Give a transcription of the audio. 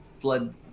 blood